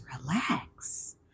relax